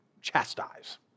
chastise